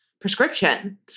prescription